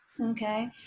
Okay